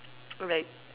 like